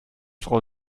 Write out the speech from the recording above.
frau